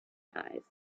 eyes